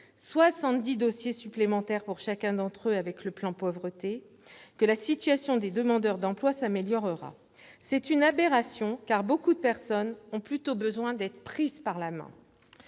70 dossiers supplémentaires pour chacun avec le plan pauvreté -que la situation des demandeurs d'emploi s'améliorera. C'est une aberration, car nombre de personnes ont plutôt besoin d'être prises par la main.